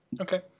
Okay